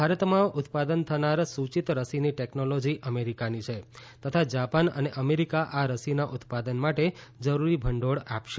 ભારતમાં ઉત્પાદન થનાર સુચિત રસીની ટેકનોલોજી અમેરીકાની છે તથા જાપાન અને અમેરીકા આ રસીના ઉત્પાદન માટે જરૂરી ભંડોળ આપશે